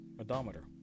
odometer